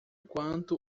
quanto